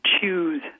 choose